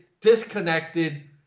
disconnected